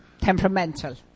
temperamental